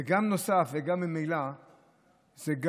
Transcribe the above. בנוסף זו גם ממילא התגרות,